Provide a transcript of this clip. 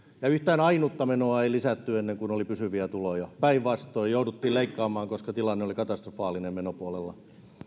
ja yhtään ainutta menoa ei lisätty ennen kuin oli pysyviä tuloja päinvastoin jouduttiin leikkaamaan koska tilanne oli katastrofaalinen menopuolella